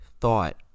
thought